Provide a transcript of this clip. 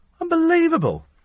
Unbelievable